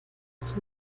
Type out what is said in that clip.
zug